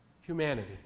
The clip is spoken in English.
humanity